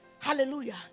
Hallelujah